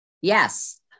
Yes